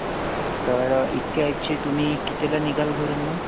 हो तर इतक्या याची तुम्ही कितीला निघालं घरून मग